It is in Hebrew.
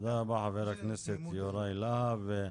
תודה רבה, חבר הכנסת יוראי להב.